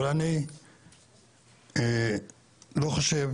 אבל אני לא חושב